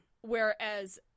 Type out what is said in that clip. Whereas